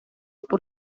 por